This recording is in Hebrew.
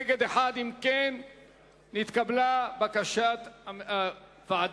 נגד, 1. אם כן נתקבלה בקשת הוועדה